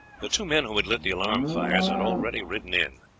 the two men who had lit the alarm fires had already ridden in.